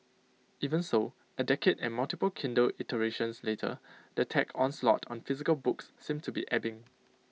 even so A decade and multiple Kindle iterations later the tech onslaught on physical books seems to be ebbing